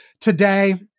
today